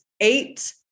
eight